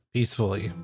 Peacefully